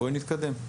בואי נתקדם.